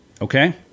Okay